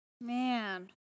man